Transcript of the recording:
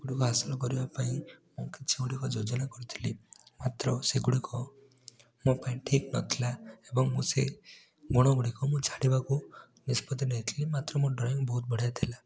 ସେ ଗୁଡ଼ିକ ହାସଲ କରିବାପାଇଁ ମୁଁ କିଛି ଗୁଡ଼ିକ ଯୋଜନା କରିଥିଲି ମାତ୍ର ସେ ଗୁଡ଼ିକ ମୋ ପାଇଁ ଠିକ୍ ନଥିଲା ଏବଂ ମୁଁ ସେ ଗୁଣ ଗୁଡ଼ିକ ମୁଁ ଛାଡ଼ିବାକୁ ନିଷ୍ପତି ନେଇଥିଲି ମାତ୍ର ମୋ ଡ୍ରଇଂ ବହୁତ ବଢ଼ିଆ ଥିଲା